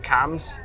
comes